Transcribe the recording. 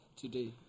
today